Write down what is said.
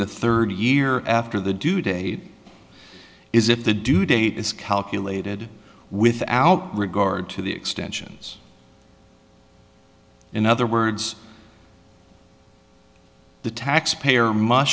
the third year after the due date is if the due date is calculated without regard to the extensions in other words the taxpayer m